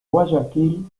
guayaquil